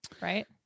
right